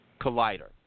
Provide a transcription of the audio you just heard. Collider